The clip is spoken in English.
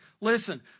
Listen